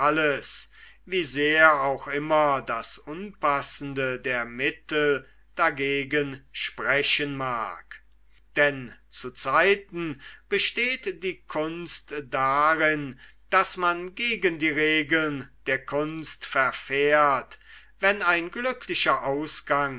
wie sehr auch immer das unpassende der mittel dagegen sprechen mag denn zu zeiten besteht die kunst darin daß man gegen die regeln der kunst verfährt wann ein glücklicher ausgang